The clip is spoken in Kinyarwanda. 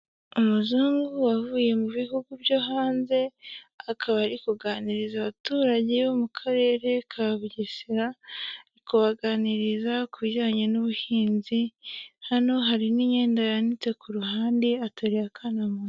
Umuzungu wavuye mu bihugu byo hanze, akaba ari kuganiriza abaturage bo mu Karere ka Bugesera, ari kubaganiriza ku bijyanye n'ubuhinzi, hano hari n'imyenda yanitse ku ruhande, ateruye akana mu ntoki.